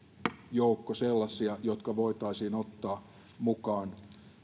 joukko sellaisia jotka voitaisiin ottaa mukaan